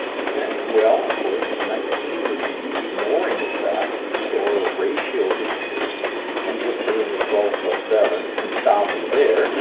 well, of course, nineteen would be ignoring the fact that these are a ratio of integers and just doing the twelve plus seven and stopping there.